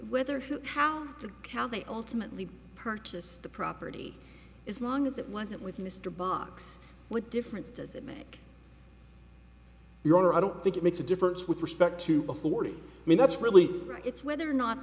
whether how to count the ultimate purchase the property is long as it wasn't with mr box what difference does it make your honor i don't think it makes a difference with respect to authority i mean that's really it's whether or not